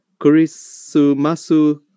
Kurisumasu